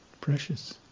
Precious